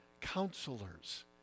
counselors